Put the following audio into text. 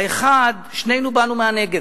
האחד, שנינו באנו מהנגב.